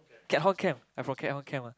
Keat Hong camp I from Keat Hong camp one